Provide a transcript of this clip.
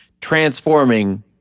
transforming